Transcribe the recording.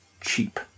cheap